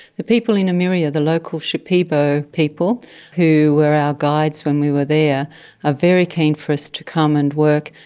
the people in imiria, the local shipibo people who were our guides when we were there are ah very keen for us to come and work.